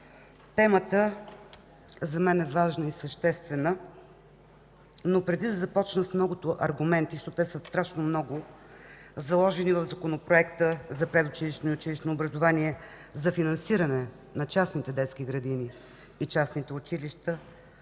темата за мен е важна и съществена. Преди да започна с многото аргументи, защото те са страшно много, заложени в Законопроекта за предучилищно и училищно образование за финансиране на частните детски градини и частните училища,